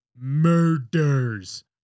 Murders